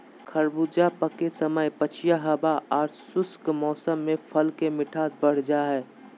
खरबूजा पके समय पछिया हवा आर शुष्क मौसम में फल के मिठास बढ़ जा हई